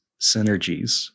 synergies